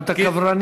גם את הקברנים.